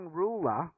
ruler